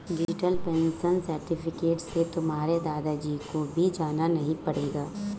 digital pension certificate से तुम्हारे दादा जी को भी जाना नहीं पड़ेगा